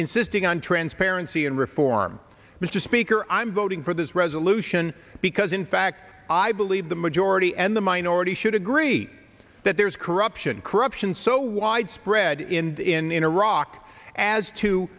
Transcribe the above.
insisting on transparency and reform mr speaker i'm voting for this resolution because in fact i believe the majority and the minority should agree that there is corruption corruption so widespread in iraq as to